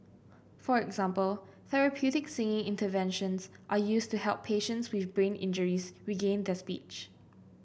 for example therapeutic singing interventions are used to help patients with brain injuries regain their speech